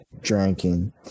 drinking